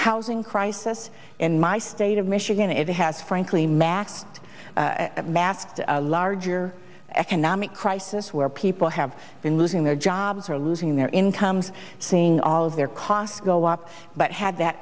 housing crisis in my state of michigan it has frankly maxed master a larger economic crisis where people have been losing their jobs or losing their incomes seeing all of their costs go up but had that